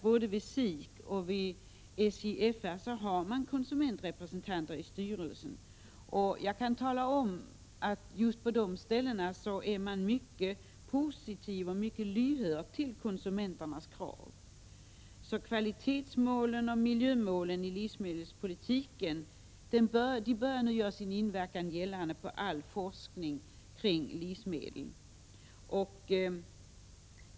Men både vid SIC och vid SJFR har man ju konsumentrepresentanter i styrelsen. Där är man mycket positiv och lyhörd när det gäller konsumenternas krav. Kvalitetsmålen och miljömålen i livsmedelspolitiken börjar nu påverka all forskning om livsmedel.